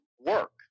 work